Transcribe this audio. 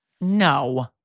No